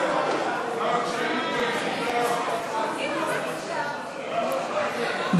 הרשימה המשותפת לסעיף 18 לא נתקבלה.